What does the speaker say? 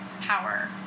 power